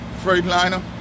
Freightliner